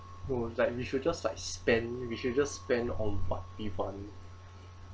oh like we should just like spend we should just spend on part even